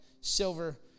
silver